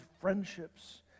friendships